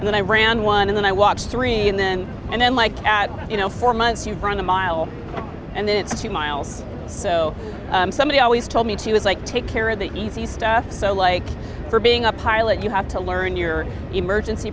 and then i ran one and then i watched three and then and then like at you know four months you'd run a mile and then it's two miles so somebody always told me she was like take care of the easy stuff so like for being a pilot you have to learn your emergency